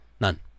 None